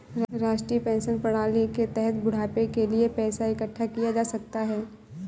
राष्ट्रीय पेंशन प्रणाली के तहत बुढ़ापे के लिए पैसा इकठ्ठा किया जा सकता है